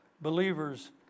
believers